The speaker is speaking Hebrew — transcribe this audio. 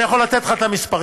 אני יכול לתת לך את המספרים,